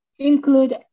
include